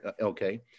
Okay